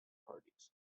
parties